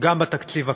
גם בתקציב הקרוב.